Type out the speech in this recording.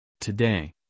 Today